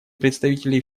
представителей